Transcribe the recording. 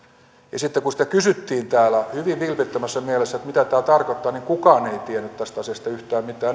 sitten kun sitä kysyttiin täällä hyvin vilpittömässä mielessä mitä tämä tarkoittaa niin kukaan ei tiennyt tästä asiasta yhtään mitään